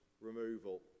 removal